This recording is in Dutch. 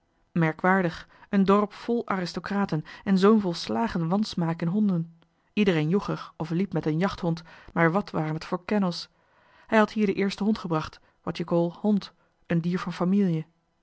het deftige dorp craten en zoo'n volslagen wansmaak in honden iedereen joeg er of liep met een jachthond maar wat waren het voor kennels hij had hier den eersten hond gebracht what you call hond een dier van